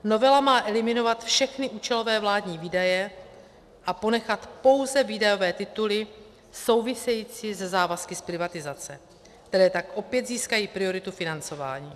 Novela má eliminovat všechny účelové vládní výdaje a ponechat pouze výdajové tituly související se závazky z privatizace, které tak opět získají prioritu financování.